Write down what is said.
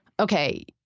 okay,